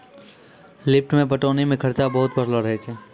lift पटौनी मे खरचा बहुत बढ़लो रहै छै